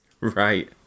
Right